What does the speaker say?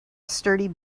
sturdy